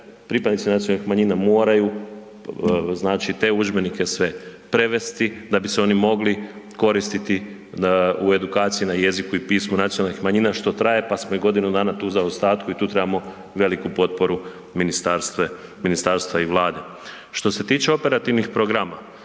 pripadnici nacionalnih manjina moraju te udžbenike sve prevesti da bi se oni mogli koristiti u edukaciji u jeziku i pismu nacionalnih manjina što traje pa smo i godinu dana tu u zaostatku i tu trebamo veliku potporu ministarstva i Vlade. Što se tiče operativnih programa,